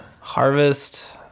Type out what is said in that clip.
Harvest